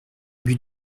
but